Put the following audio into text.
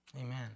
Amen